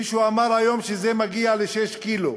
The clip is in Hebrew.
מישהו אמר היום שזה מגיע ל-6 קילו,